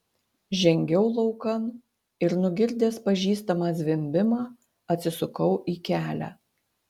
žengiau laukan ir nugirdęs pažįstamą zvimbimą atsisukau į kelią